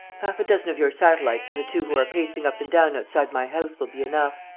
half-a-dozen of your satellites and the two who are pacing up and down outside my house will be enough.